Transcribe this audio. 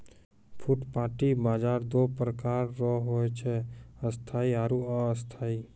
फुटपाटी बाजार दो प्रकार रो हुवै छै स्थायी आरु अस्थायी